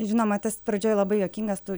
žinoma tas pradžioj labai juokingas tų